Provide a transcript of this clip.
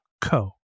co